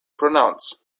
pronounce